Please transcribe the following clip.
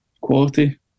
quality